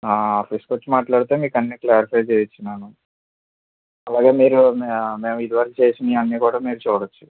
ఆఫీసుకి వచ్చి మాట్లాడితే మీకు అన్నీ క్లారిఫై చేసి ఉన్నాను అలాగే మీరు మే మేము ఇది వరకు చేసినవన్నీ కూడా మీరు చూడవచ్చు